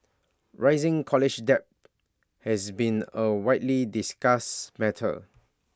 rising college debt has been A widely discussed matter